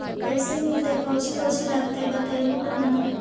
कैसे मिलतय कौची कौची लगतय बतैबहू तो न?